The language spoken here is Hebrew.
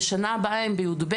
ושנה הבאה הם בי"ב,